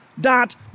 dot